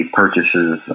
purchases